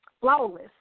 flawless